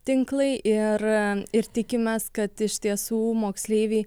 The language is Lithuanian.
tinklai ir ir tikimės kad iš tiesų moksleiviai